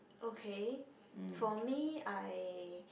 okay for me I